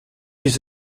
les